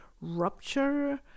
rupture